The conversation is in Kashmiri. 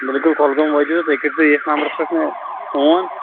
بِلکُل کۄلگوم وأتۍ زیٚو تُہۍ کٔرۍ زیٚو ییٚتھۍ نمبرس پیٚٹھ نا فون